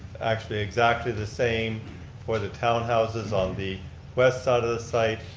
actually exactly the same for the townhouses on the west side of the site,